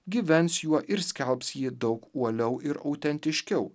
gyvens juo ir skelbs jį daug uoliau ir autentiškiau